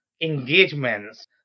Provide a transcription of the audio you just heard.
engagements